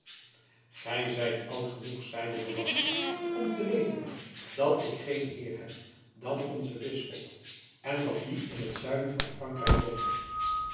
gij zijt oud genoeg zeide de wachter om te weten dat ik geen heer heb dan onzen bisschop en dat die in t zuiden van frankrijk woont